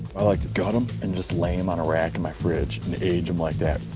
i like to gut em and just lay them on a rack in my fridge. and age them like that.